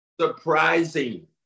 Surprising